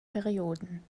perioden